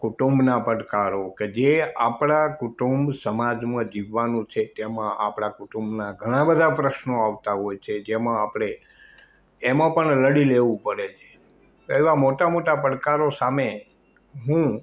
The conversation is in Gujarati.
કુટુંબના પડકારો કે જે આપણા કુટુંબ સમાજમાં જીવવાનું છે તેમાં આપણા કુટુંબના ઘણા બધા પ્રશ્નો આવતા હોય છે જેમાં આપણે એમાં પણ લડી લેવું પડે છે એવા મોટા મોટા પડકારો સામે હું